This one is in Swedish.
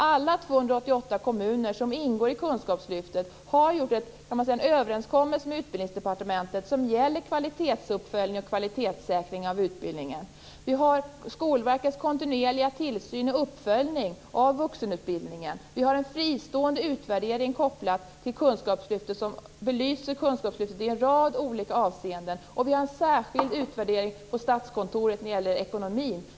Alla 288 kommuner som ingår i kunskapslyftet har gjort en överenskommelse, kan man säga, med Utbildningsdepartementet som gäller kvalitetsuppföljning och kvalitetssäkring av utbildningen. Vi har Skolverkets kontinuerliga tillsyn och uppföljning av vuxenutbildningen. Vi har en fristående utvärdering kopplad till kunskapslyftet som belyser kunskapslyftet i en rad olika avseenden. Vi har också en särskild utvärdering på Statskontoret när det gäller ekonomin.